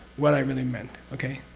what i really meant. okay?